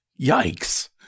Yikes